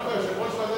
"בשלב זה"?